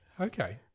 Okay